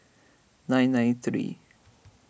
nine nine three